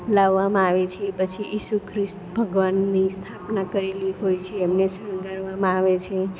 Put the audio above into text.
લાવવામાં આવે છે પછી ઈસુ ખ્રિસ્ત ભગવાનની સ્થાપના કરેલી હોય છે એમને શણગારવામાં આવે છે